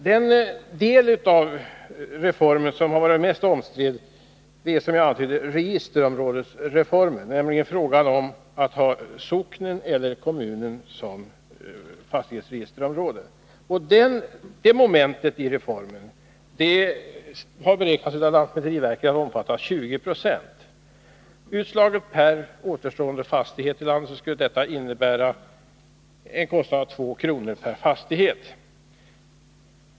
Den del av reformen som är mest omstridd är, som jag antydde, registerområdesreformen, dvs. frågan om man skall ha kommunen eller socknen som fastighetsregisterområde. Det momentet i reformen har av lantmäteriverket beräknats omfatta 20 26. Utslaget på de återstående fastigheterna i landet skulle detta innebära en kostnad av 2 kr. per fastighet.